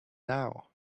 now